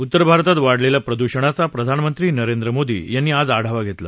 उत्तर भारतात वाढलेल्या प्रदूषणाचा प्रधानमंत्री नरेंद्र मोदी यांनी आज आढावा घेतला